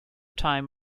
time